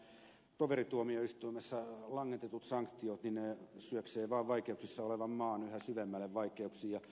nämä toverituomioistuimessa langetetut sanktiot vain syöksevät vaikeuksissa olevan maan yhä syvemmälle vaikeuksiin